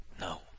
no